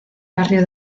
barrio